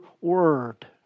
word